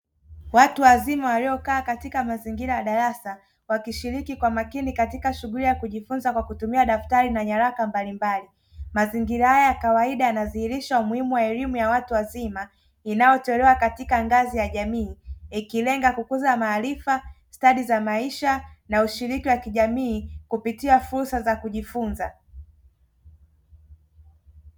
Watu wazima waliokaa katika mazingira ya darasa wakishiriki kwa makini katika shughuli ya kujifunza kwa kutumia daftari na nyaraka mbalimbali, mazingira haya ya kawaida yanadhihirisha umuhimu wa elimu ya watu wazima inayotolewa katika ngazi ya jamii ikilenga kukuza maarifa, stadi za maisha, na ushirika wa kijamii kupitia fursa za kujifunza.